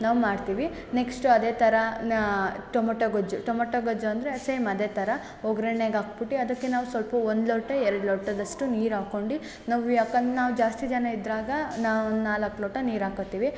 ನಾವು ಮಾಡ್ತೀವಿ ನೆಕ್ಷ್ಟು ಅದೇ ಥರ ನಾ ಟೊಮೊಟೊ ಗೊಜ್ಜು ಟೊಮೊಟೊ ಗೊಜ್ಜು ಅಂದರೆ ಸೇಮ್ ಅದೇ ಥರ ಒಗ್ಗರ್ಣೆಗ್ ಹಾಕ್ಬುಟ್ಟಿ ಅದಕ್ಕೆ ನಾವು ಸ್ವಲ್ಪ ಒಂದು ಲೋಟ ಎರಡು ಲೋಟದಷ್ಟು ನೀರು ಹಾಕ್ಕೊಂಡಿ ನಾವು ಯಾಕಂದು ನಾವು ಜಾಸ್ತಿ ಜನ ಇದ್ರೆ ಆಗ ನಾವು ನಾಲ್ಕು ಲೋಟ ನೀರು ಹಾಕ್ಕೋತೀವಿ